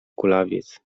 kulawiec